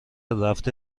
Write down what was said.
رفته